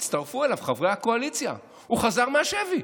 הצטרפו אליו חברי הקואליציה, הוא חזר מהשבי,